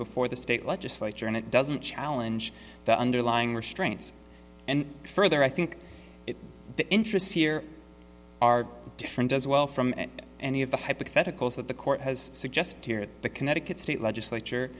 before the state legislature and it doesn't challenge the underlying restraints and further i think the interests here are different as well from any of the hypotheticals that the court has suggested here at the connecticut state legislature